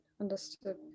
understood